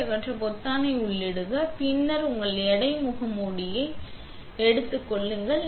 நீங்கள் வெற்றிடத்தை அகற்ற பொத்தானை உள்ளிடுக பின்னர் உங்கள் எடை முகமூடியை எடுத்துக் கொள்ளுங்கள்